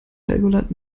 helgoland